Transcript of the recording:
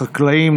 חקלאים,